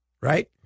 right